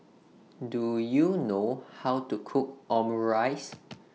Do YOU know How to Cook Omurice